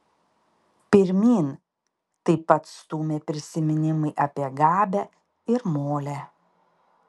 pirmyn taip pat stūmė prisiminimai apie gabę ir molę